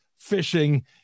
Fishing